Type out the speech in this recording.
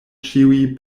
ĉiuj